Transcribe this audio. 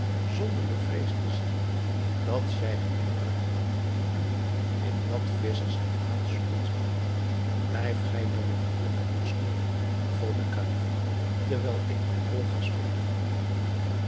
zonder bevreesd te zijn dat scheich ibrahim u in dat visschersgewaad zoeken zal blijft gij dan nog hier met masrour beval de kalif terwijl ik mijn rol ga spelen